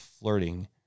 flirting